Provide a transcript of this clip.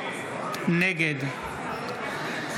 נגד יצחק פינדרוס, בעד